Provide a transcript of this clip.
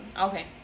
okay